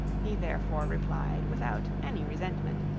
he therefore replied, without any resentment,